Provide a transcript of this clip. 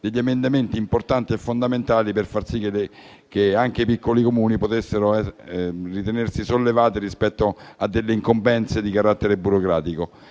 degli emendamenti importanti e fondamentali, per far sì che anche i piccoli Comuni potessero ritenersi sollevati rispetto a delle incombenze di carattere burocratico.